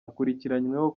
akurikiranyweho